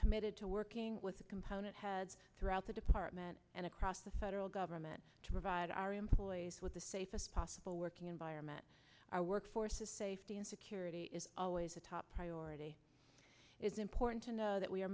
committed to working with a component heads throughout the department and across the federal government to provide our employees with the safest possible working environment our workforce of safety and security is always a top priority it's important to know that we are